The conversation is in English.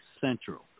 Central